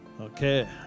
okay